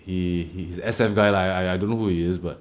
he he's S_M guy lah !aiya! I don't know who he is but